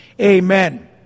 Amen